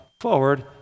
forward